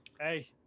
hey